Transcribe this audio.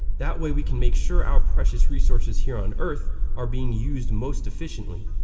that way we can make sure our precious resources here on earth are being used most efficiently.